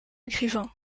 écrivain